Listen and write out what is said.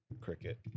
Cricket